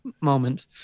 moment